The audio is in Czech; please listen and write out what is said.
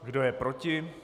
Kdo je proti?